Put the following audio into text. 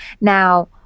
now